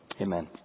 amen